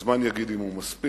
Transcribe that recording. הזמן יגיד אם הוא מספיק,